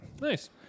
Nice